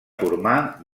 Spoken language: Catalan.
formar